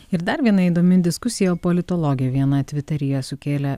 ir dar viena įdomi diskusija politologė viena tviteryje sukėlė